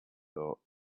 thought